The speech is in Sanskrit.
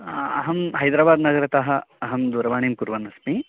अहं हैदेराबाद्नगरतः अहं दूरवाणीं कुर्वन् अस्मि